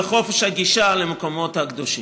וחופש גישה למקומות הקדושים.